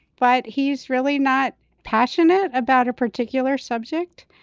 but he's really not passionate about a particular subject.